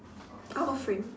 out of frame